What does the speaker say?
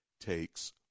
takes